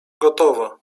gotowa